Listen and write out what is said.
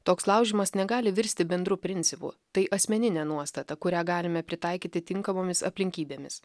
toks laužymas negali virsti bendru principu tai asmeninė nuostata kurią galime pritaikyti tinkamomis aplinkybėmis